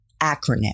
acronym